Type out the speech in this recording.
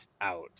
out